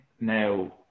now